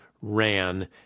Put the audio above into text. ran